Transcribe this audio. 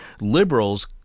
liberals